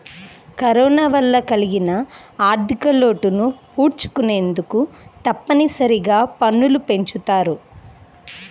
corona వల్ల కలిగిన ఆర్ధికలోటును పూడ్చుకొనేందుకు తప్పనిసరిగా పన్నులు పెంచుతారు